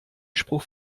spruch